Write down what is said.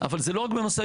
אבל זה לא רק במשאיות.